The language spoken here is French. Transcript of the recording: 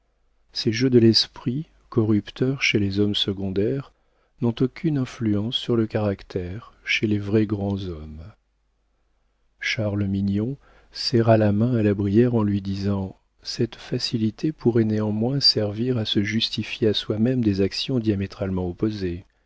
ces jeux de l'esprit corrupteurs chez les hommes secondaires n'ont aucune influence sur le caractère chez les vrais grands hommes charles mignon serra la main à la brière en lui disant cette facilité pourrait néanmoins servir à se justifier à soi-même des actions diamétralement opposées